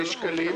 מיליוני שקלים